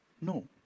No